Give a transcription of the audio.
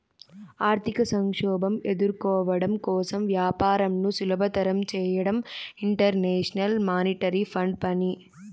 ఆర్థిక సంక్షోభం ఎదుర్కోవడం కోసం వ్యాపారంను సులభతరం చేయడం ఇంటర్నేషనల్ మానిటరీ ఫండ్ పని